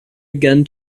again